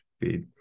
feed